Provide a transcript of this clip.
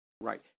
Right